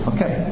Okay